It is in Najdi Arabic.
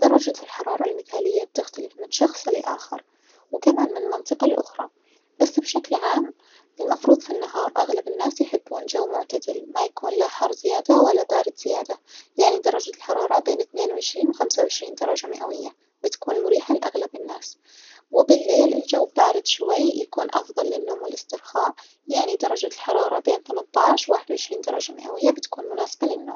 درجة الحرارة المثالية بتختلف من شخص لآخر وكمان من منطقة لأخرى، بس بشكل عام المفروض في النهار أغلب الناس يحبون جو معتدل ما يكون لا حر زيادة ولابارد زيادة يعني درجة الحرارة بين اثنين وعشرين وخمسة وعشرين درجة مئوية بتكون مريحة لأغلب الناس، وبليل الجو بارد شوي يكون أفظل للنوم والاسترخاء يعني درجة النوم بين تمنتاش وواحد عشرين درجة مئوية بتكون مناسبة للنوم.